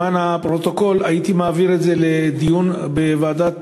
למען הפרוטוקול הייתי מעביר את זה לדיון בוועדת